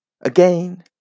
Again